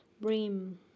brim